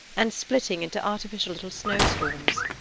and splitting into artificial little snow-storms.